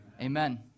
amen